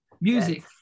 music